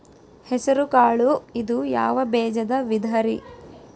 ಹೆಸರುಕಾಳು ಇದು ಯಾವ ಬೇಜದ ವಿಧರಿ?